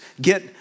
get